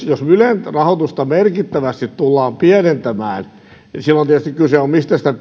jos ylen rahoitusta tullaan merkittävästi pienentämään silloin tietysti kyse on siitä mistä sitä